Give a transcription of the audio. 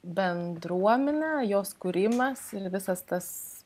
bendruomenę jos kūrimąsi ir visas tas